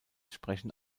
sprechen